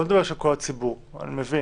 אני אזכיר